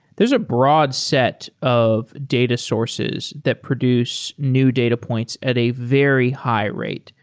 there's a broad set of data sources that produce new data points at a very high rate.